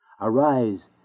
Arise